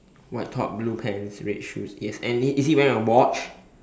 white top blue pants red shoes is any is he wearing a watch